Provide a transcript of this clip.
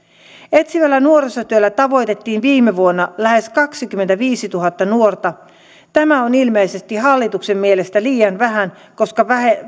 etsivällä nuorisotyöllä tavoitettiin viime vuonna lähes kaksikymmentäviisituhatta nuorta tämä on ilmeisesti hallituksen mielestä liian vähän koska